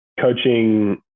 coaching